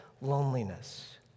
loneliness